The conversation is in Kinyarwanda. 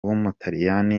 w’umutaliyani